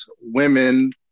women